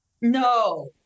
No